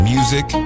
Music